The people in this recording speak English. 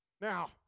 Now